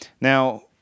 Now